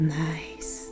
nice